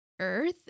earth